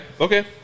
Okay